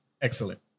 Excellent